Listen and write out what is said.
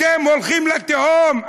אתם הולכים לתהום.